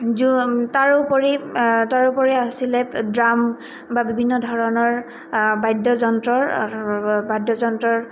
য তাৰোপৰি তাৰোপৰি আছিলে ড্ৰাম বা বিভিন্ন ধৰণৰ বাদ্যযন্ত্ৰৰ বাদ্যযন্ত্ৰৰ